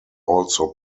also